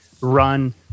run